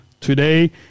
today